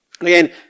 Again